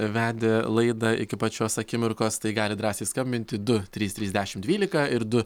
vedė laidą iki pat šios akimirkos tai galit drąsiai skambinti du trys trys dešimt dvylika ir du